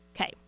Okay